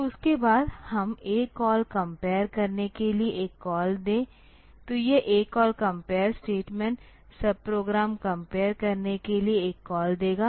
तो उसके बाद हम ACALL कंपेयर करने के लिए एक कॉल दे तो यह ACALL कंपेयर स्टेटमेंट सब प्रोग्राम कंपेयर करने के लिए एक कॉल देगा